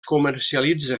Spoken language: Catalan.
comercialitza